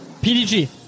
pdg